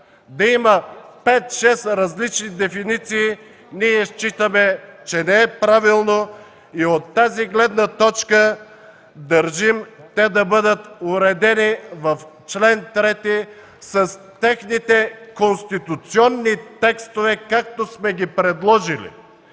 да има 5-6 различни дефиниции ние считаме, че не е правилно и от тази гледна точка държим те да бъдат уредени в чл. 3 с техните конституционни текстове, както сме ги предложили.